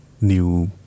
new